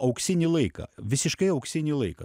auksinį laiką visiškai auksinį laiką